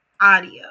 audio